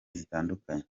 zitandukanye